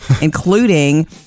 including